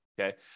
Okay